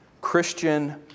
Christian